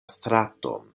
straton